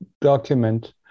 document